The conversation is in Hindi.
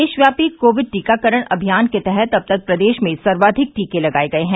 देशव्यापी कोविड टीकाकरण अभियान के तहत अब तक प्रदेश में सर्वाधिक टीके लगाये गये हैं